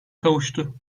kavuştu